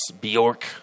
Bjork